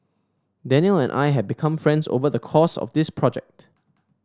Danial and I have become friends over the course of this project